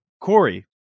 Corey